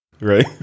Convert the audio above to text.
Right